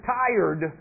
tired